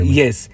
yes